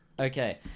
okay